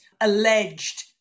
alleged